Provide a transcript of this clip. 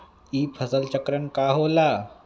ई फसल चक्रण का होला?